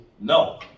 No